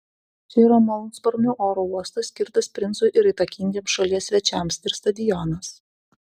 čia yra malūnsparnių oro uostas skirtas princui ir įtakingiems šalies svečiams ir stadionas